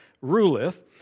ruleth